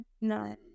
no